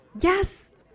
Yes